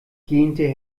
gähnte